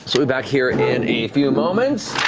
so be back here in a few moments.